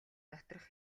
доторх